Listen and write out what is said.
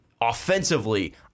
Offensively